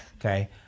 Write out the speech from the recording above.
Okay